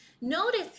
Notice